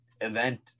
event